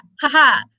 haha